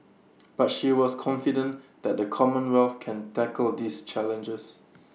but she was confident that the commonwealth can tackle these challenges